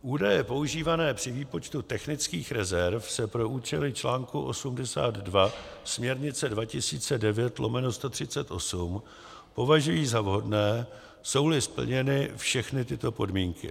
Údaje používané při výpočtu technických rezerv se pro účely článku 82 směrnice 2009/138 považují za vhodné, jsouli splněny všechny tyto podmínky: